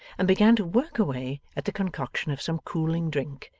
and began to work away at the concoction of some cooling drink,